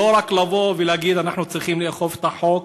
לא רק לבוא ולהגיד: אנחנו צריכים לאכוף את החוק,